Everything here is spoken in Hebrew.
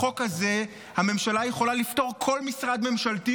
בחוק הזה הממשלה יכולה לפטור כל משרד ממשלתי